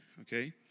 Okay